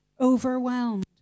overwhelmed